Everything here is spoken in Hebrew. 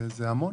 זה המון.